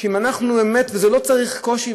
לא צריך להיות בזה קושי,